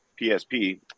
PSP